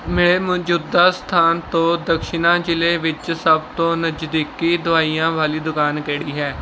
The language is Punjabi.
ਮੇਰੇ ਮੌਜੂਦਾ ਸਥਾਨ ਤੋਂ ਦਕਸ਼ਿਨਾ ਜ਼ਿਲ੍ਹੇ ਵਿੱਚ ਸਭ ਤੋਂ ਨਜਦੀਕੀ ਦਵਾਈਆਂ ਵਾਲੀ ਦੁਕਾਨ ਕਿਹੜੀ ਹੈ